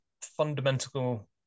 fundamental